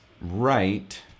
right